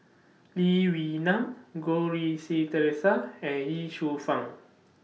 Lee Wee Nam Goh Rui Si Theresa and Ye Shufang